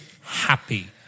happy